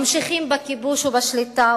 ממשיכים בכיבוש ובשליטה,